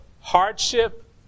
hardship